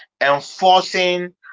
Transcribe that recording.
enforcing